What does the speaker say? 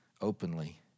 openly